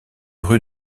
rue